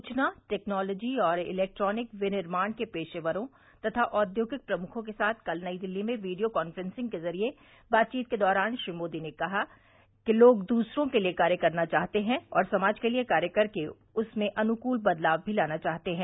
सूचना टेक्नॉलोजी और इलेक्ट्रॉनिक विनिर्माण के पेशेवरों तथा औद्योगिक प्रमुखों के साथ कल नई दिल्ली में वीडियो काफ्रेंसिंग के जरिए बातचीत के दौरान श्री मोदी ने कहा कि लोग दूसरों के लिए कार्य करना चाहते हैं और समाज के लिए कार्य करके उसमें अनुकल बदलाव भी लाना चाहते हैं